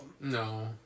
No